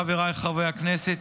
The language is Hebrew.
חבריי חברי הכנסת,